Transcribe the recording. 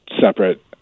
separate